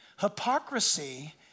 Hypocrisy